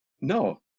No